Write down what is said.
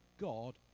God